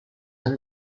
and